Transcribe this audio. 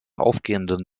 aufgehenden